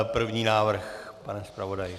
První návrh, pane zpravodaji?